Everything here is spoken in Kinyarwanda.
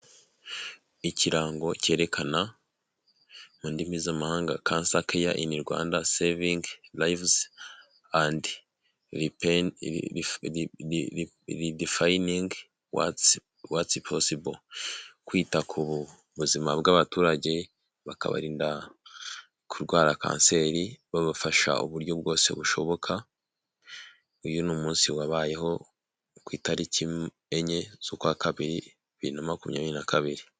Ikirango cyerekana mu ndimi z'amahanga casakeya in Rwanda saving lives and lipdifing wats watsipssible kwita ku buzima bw'abaturage bakabarinda kurwara kanseri babafasha uburyo bwose bushoboka uyu ni umunsi wabayeho ku itariki enye z'ukwa kabiri binbiri na makumyabiri na kabiri.